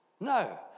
No